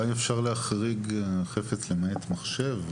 אבל אולי אפשר להחריג חפץ למעט מחשב.